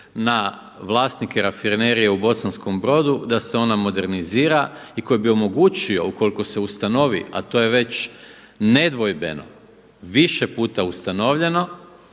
na vlasnike Rafinerije u Bosanskom brodu da se ona modernizira i koji bi omogućio ukoliko se ustanovi a to je već nedvojbeno, više puta ustanovljeno